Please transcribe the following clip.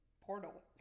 portal